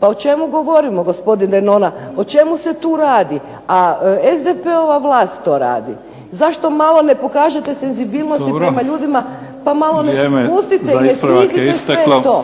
Pa o čemu govorimo gospodine Denona? O čemu se tu radi? A SDP-ova vlast to radi. Zašto malo ne pokažete senzibilnosti prema ljudima, pa malo ne spustite i ne snizite sve to. **Mimica, Neven (SDP)** Dobro.